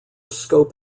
scope